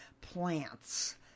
plants